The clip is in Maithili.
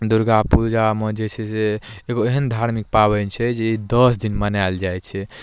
दुर्गा पूजामे जे छै से एगो एहन धार्मिक पाबनि छै जे दस दिन मनाएल जाइ छै